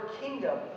kingdom